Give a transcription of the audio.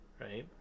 Right